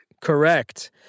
Correct